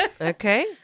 Okay